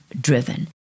driven